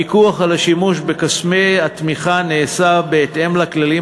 הפיקוח על השימוש בכספי התמיכה נעשה בהתאם לכללים